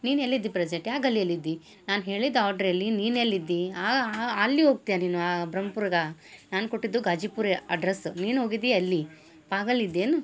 ನೀನು ಎಲ್ಲಿದ್ದೀ ಪ್ರೆಸೆಂಟ್ ಯಾವ ಗಲ್ಲಿಯಲ್ಲಿ ಇದ್ದೀ ನಾನು ಹೇಳಿದ ಆರ್ಡ್ರ್ ಎಲ್ಲಿ ನೀನು ಎಲ್ಲಿದ್ದೀ ಅಲ್ಲಿ ಹೋಗ್ತೀಯ ನೀನು ಆ ಬ್ರಮ್ಪುರ್ಗೆ ನಾನು ಕೊಟ್ಟಿದ್ದು ಗಾಜಿಪುರ ಅಡ್ರಸ್ಸು ನೀನು ಹೋಗಿದ್ದೀ ಅಲ್ಲಿ ಪಾಗಲ್ ಇದ್ದೀಯೇನು